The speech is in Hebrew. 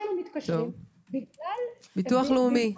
אנחנו מתקשרים --- ביטוח לאומי,